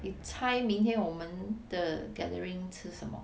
你猜明天我们的 gathering 吃什么